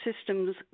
systems